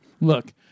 Look